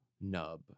nub